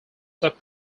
sub